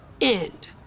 end